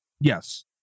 yes